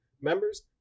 members